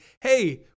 hey